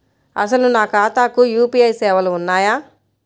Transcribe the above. అసలు నా ఖాతాకు యూ.పీ.ఐ సేవలు ఉన్నాయా?